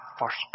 first